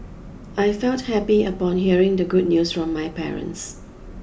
I felt happy upon hearing the good news from my parents